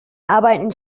arbeiten